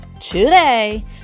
today